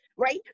Right